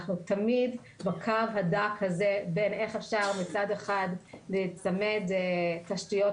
אנחנו תמיד בקו הדק הזה בין איך אפשר מצד אחד להצמיד תשתיות